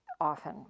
often